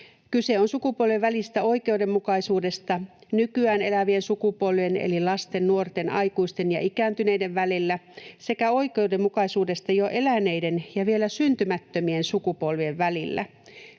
Kyse on sukupolvien välisestä oikeudenmukaisuudesta, sekä nykyään elävien sukupolvien eli lasten, nuorten, aikuisten ja ikääntyneiden välillä että oikeudenmukaisuudesta jo eläneiden ja vielä syntymättömien sukupolvien välillä.